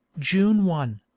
june one,